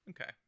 okay